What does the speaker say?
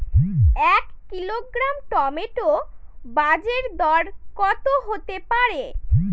এক kilogram tomato বাজের দরকত হতে পারে?